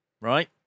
right